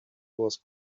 was